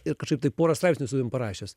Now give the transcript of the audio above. ir kažkaip tai porą straipsnių esu ten parašęs